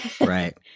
right